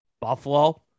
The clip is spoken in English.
Buffalo